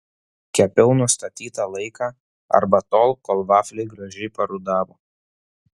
kepiau nustatytą laiką arba tol kol vafliai gražiai parudavo